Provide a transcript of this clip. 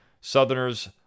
Southerners